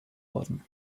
worden